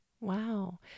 Wow